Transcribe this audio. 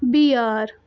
بیٛٲر